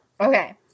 Okay